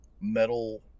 metal